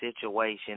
situation